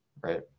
right